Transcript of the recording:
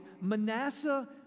Manasseh